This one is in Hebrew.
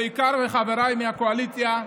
ובעיקר לחבריי החברתיים מהקואליציה,